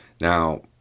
Now